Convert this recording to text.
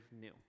new